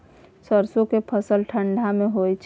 सरसो के फसल ठंडा मे होय छै?